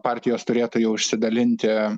partijos turėtų jau išsidalinti